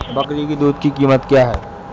बकरी की दूध की कीमत क्या है?